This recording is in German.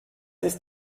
ist